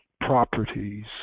properties